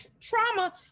trauma